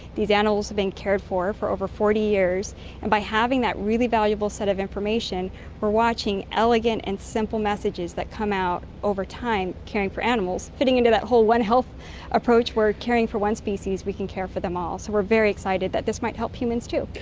these animals have been cared for for over forty years, and by having that really valuable set of information we're watching elegant and simple messages that come out over time caring for animals, fitting into that whole one-health approach where by caring for one species we can care for them all. so we're very excited that this might help humans too.